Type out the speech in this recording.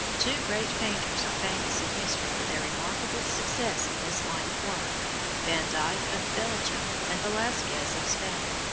two great painters are famous in history for their remarkable success in this line of work van dyck, of belgium, and velasquez, of spain.